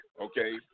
Okay